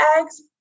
eggs